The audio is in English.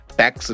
tax